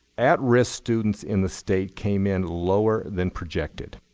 at risk students in the state came in lower than projected.